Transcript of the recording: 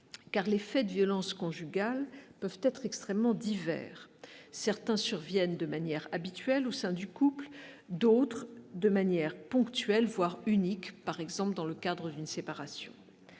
car les faits de violences conjugales peuvent être extrêmement divers certains surviennent de manière habituelle au sein du couple, d'autres de manière ponctuelle, voire unique, par exemple dans le cadre d'une séparation